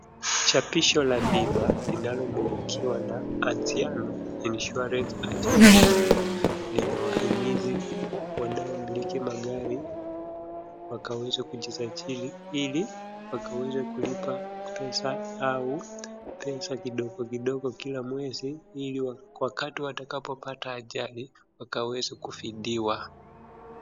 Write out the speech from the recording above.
Chapisho la bima linalomilikiwa na Anziano Insurance Agency, linawahimiza wanaomiliki magari wakaweze kujisali ili, wakaweze kulipa pesa au, pesa kidogo kidogo kila mwezi ili wakati watakapo pata ajali, wakaweze kifidiwa.